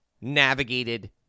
navigated